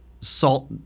Salt